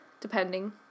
depending